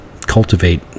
cultivate